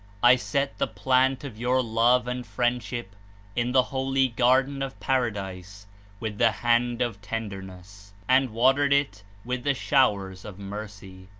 i set the plant of your love and friendship in the holy garden of para dise with the hand of tenderness, and watered it with the showers of mercy.